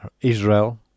Israel